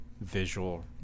visual